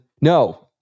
No